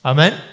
Amen